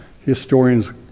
historians